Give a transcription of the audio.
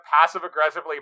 passive-aggressively